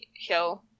show